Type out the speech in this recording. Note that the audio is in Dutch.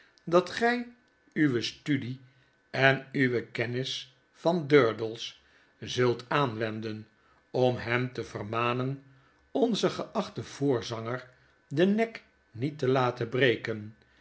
dat gij uwe studie en uwe kennis van durdels zult aanwenden om hem te vermanen onzen geachten voorzanger den nek niet te laten breken